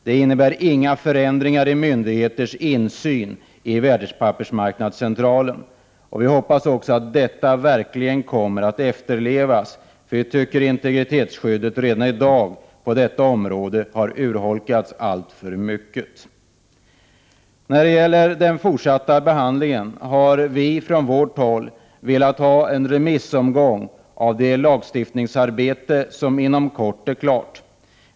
Det innebär ingen förändring i myndigheters insyn i Värdepapperscentralen. Vi hoppas att detta verkligen kommer att efterlevas, för vi tycker att integritetsskyddet — Prot. 1988/89:44 redan i dag har urholkats alltför mycket. 13 december 1988 Vad gäller den fortsatta behandlingen av ärendet har vi från moderat håll ZIG velat ha en remissomgång av det lagförslag som inom kort blir klart.